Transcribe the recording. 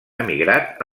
emigrat